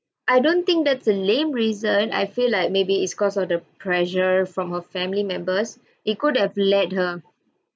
I don't think that's a lame reason I feel like maybe it's cause of the pressure from her family members it could have led her